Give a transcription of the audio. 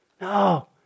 No